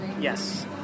Yes